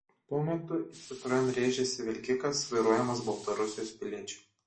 tuo metu į citroen rėžėsi vilkikas vairuojamas baltarusijos piliečio